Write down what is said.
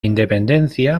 independencia